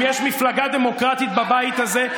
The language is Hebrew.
אם יש מפלגה דמוקרטית בבית הזה,